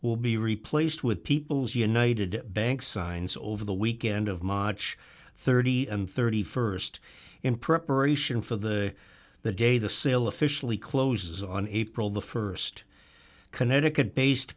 will be replaced with people's united bank signs over the weekend of macho thirty and st in preparation for the the day the sale officially closes on april the st connecticut based